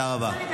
אני".